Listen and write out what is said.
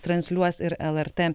transliuos ir lrt